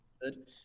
good